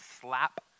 slap